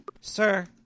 sir